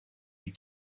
eût